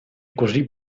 così